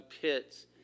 pits